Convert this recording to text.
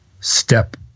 step